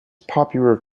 popular